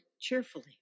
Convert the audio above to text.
cheerfully